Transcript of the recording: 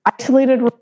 isolated